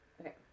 Okay